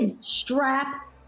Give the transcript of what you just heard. Strapped